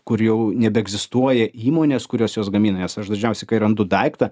kur jau nebeegzistuoja įmonės kurios juos gamina nes aš dažniausiai kai randu daiktą